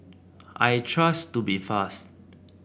I trust Tubifast